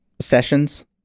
sessions